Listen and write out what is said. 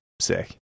Sick